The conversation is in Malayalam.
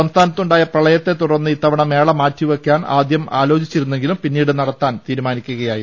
സംസ്ഥാനത്തുണ്ടായ പ്രളയത്തെ തുടർന്ന് ഇത്തവണ മേള മാറ്റിവെയ്ക്കാൻ ആദ്യം ആലോചിച്ചിരുന്നെങ്കിലും പിന്നീട് നടത്താൻ തീരുമാനിക്കുകയായിരുന്നു